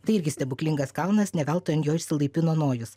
tai irgi stebuklingas kalnas ne veltui ant jo išsilaipino nojus